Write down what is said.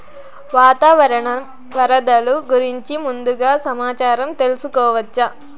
వాతావరణం వరదలు గురించి ముందుగా సమాచారం తెలుసుకోవచ్చా?